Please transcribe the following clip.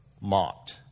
mocked